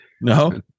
No